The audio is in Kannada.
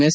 ಎಸ್